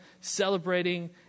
celebrating